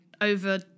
over